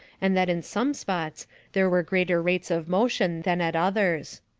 and that in some spots there were greater rates of motion than at others.